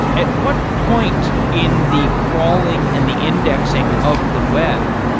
at what point in the crawling and the indexing of the web,